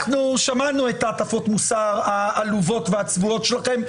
שמענו את הטפות המוסר העלובות והצבועות שלכם,